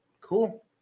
Cool